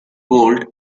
gold